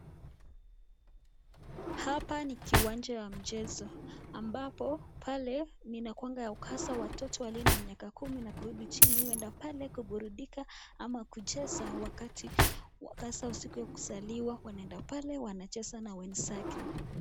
Hapa ni kiwanja ya mchezo ambapo pale inakuanga ya ukasa ya watoto walio na miaka kumi na kurudi chini huenda pale kuburudika ama kucheza wakati hasa siku ya kuzaliwa wanaenda pale wanacheza na wenzake.